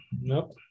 Nope